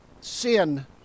Sin